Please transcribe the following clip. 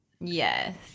yes